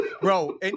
bro